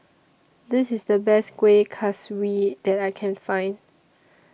This IS The Best Kueh Kaswi that I Can Find